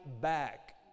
back